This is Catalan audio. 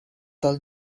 del